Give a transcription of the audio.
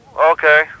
Okay